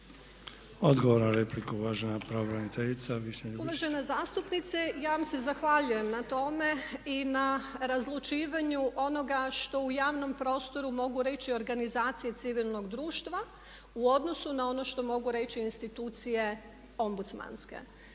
Odgovor na repliku uvažena pravobraniteljica. **Ljubičić, Višnja** Uvažena zastupnice ja vam se zahvaljujem na tome i na razlučivanju onoga što u javnom prostoru mogu reći organizacije civilnog društva u odnosu na ono što mogu reći institucije ombudsmantske.